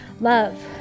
love